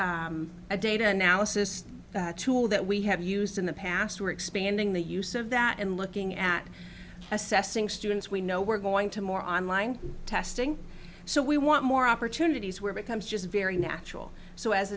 is a data analysis tool that we have used in the past we're expanding the use of that and looking at assessing students we know we're going to more on line testing so we want more opportunities where becomes just very natural so as